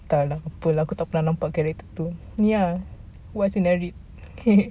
entah lah apa lah aku tak pernah nampak character itu ini lah what's in the league